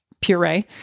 puree